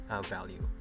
value